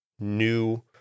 new